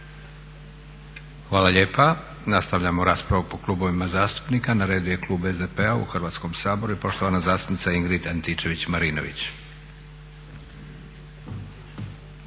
Hvala lijepa. Nastavljamo raspravu po klubovima zastupnika. Na redu je klub SDP-a u Hrvatskom saboru i poštovana zastupnica Ingrid Antičević-Marinović.